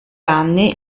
anni